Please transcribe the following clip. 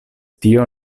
tio